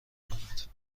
کند